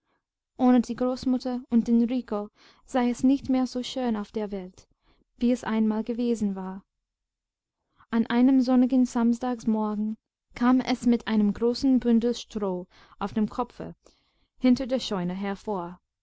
ohne die großmutter und den rico sei es nicht mehr so schön auf der welt wie es einmal gewesen war an einem sonnigen samstagmorgen kam es mit einem großen bündel stroh auf dem kopfe hinter der scheune hervor